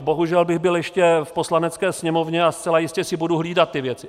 Bohužel bych byl ještě v Poslanecké sněmovně a zcela jistě si budu hlídat ty věci.